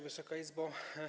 Wysoka Izbo!